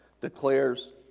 declares